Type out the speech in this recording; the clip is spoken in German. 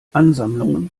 ansammlungen